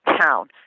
town